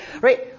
right